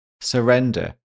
Surrender